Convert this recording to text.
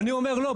אני אומר לא,